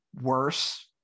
worse